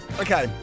Okay